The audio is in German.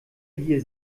hier